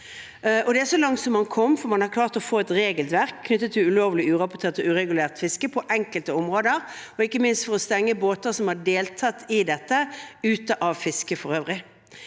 Det er så langt man kom, for man har klart å få et regelverk knyttet til ulovlig, urapportert og uregulert fiske på enkelte områder, og ikke minst for å stenge båter som har deltatt i dette, ute av fisket for øvrig.